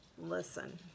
Listen